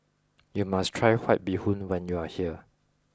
you must try White Bee Hoon when you are here